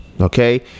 okay